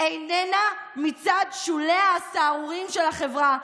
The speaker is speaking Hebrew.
איננה מצד שוליה הסהרוריים של החברה,